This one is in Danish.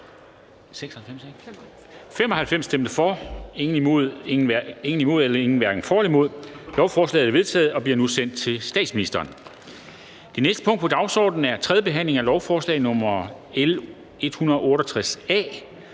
og Sikandar Siddique (UFG)), hverken for eller imod stemte 0. Lovforslaget er vedtaget og bliver nu sendt til statsministeren. --- Det næste punkt på dagsordenen er: 2) 3. behandling af lovforslag nr. L 161: